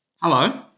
Hello